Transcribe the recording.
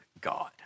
God